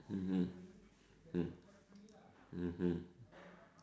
mmhmm mm mmhmm